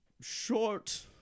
short